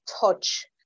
touch